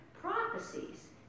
prophecies